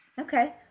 Okay